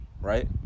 right